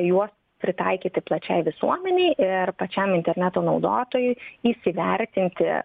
juos pritaikyti plačiai visuomenei ir pačiam interneto naudotojui įsivertinti